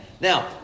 Now